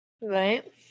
Right